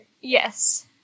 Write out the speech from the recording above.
Yes